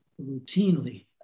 routinely